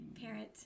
parent